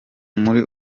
muri